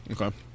Okay